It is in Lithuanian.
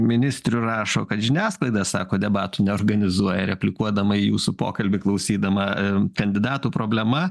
ministrių rašo kad žiniasklaida sako debatų neorganizuoja replikuodama į jūsų pokalbį klausydama kandidatų problema